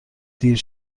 دیر